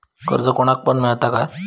कर्ज कोणाक पण मेलता काय?